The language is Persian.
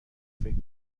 فکر